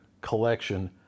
collection